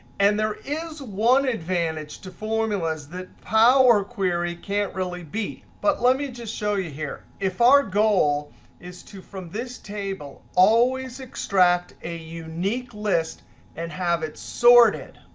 and there is one advantage to formulas that power query can't really beat, but let me just show you here. if our goal is to from this table always extract a unique list and have it sorted,